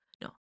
no